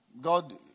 god